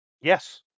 yes